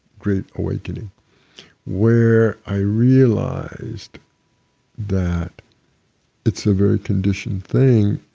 great awakening where i realized that it's a very conditioned thing,